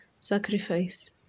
sacrifice